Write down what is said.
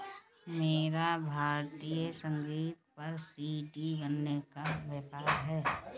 मेरा भारतीय संगीत पर सी.डी बनाने का व्यापार है